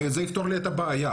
וזה יפתור לי את הבעיה,